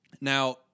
now